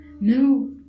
No